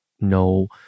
no